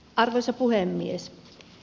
arvoisa puhemies